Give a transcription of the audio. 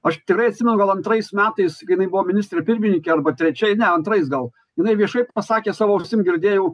aš tikrai atsimenu ar antrais metais jinai buvo ministrė pirmininkė arba trečiai ne antrais gal jinai viešai pasakė savo ausim girdėjau